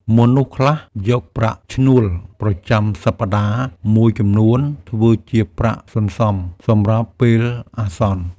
មនុស្សខ្លះយកប្រាក់ឈ្នួលប្រចាំសប្តាហ៍មួយចំនួន ធ្វើជាប្រាក់សន្សំសម្រាប់ពេលអាសន្ន។